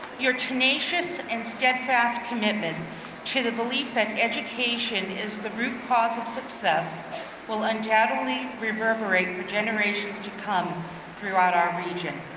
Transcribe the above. your tenacious and steadfast commitment to the belief that education is the root cause of success will undoubtedly reverberate for generations to come throughout our region.